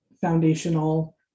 foundational